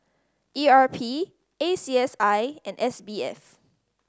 E R P A C S I and S B F